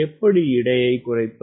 எப்படி எடையை குறைப்பது